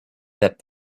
that